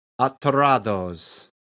atorados